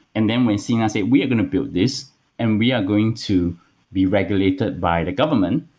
and then when sina said, we are going to build this and we are going to be regulated by the government,